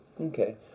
Okay